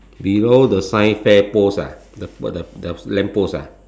below the science fair post lah the the lamp post lah